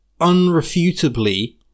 unrefutably